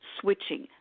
switching